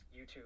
YouTube